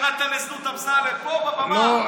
ירדת לזנות, אמסלם, פה, על במה.